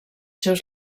seus